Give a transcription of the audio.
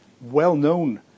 well-known